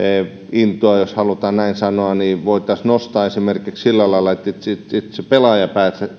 intoa jos halutaan näin sanoa voitaisiin nostaa esimerkiksi sillä lailla että pelaaja